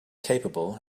capable